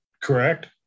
correct